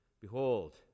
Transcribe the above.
Behold